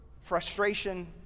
frustration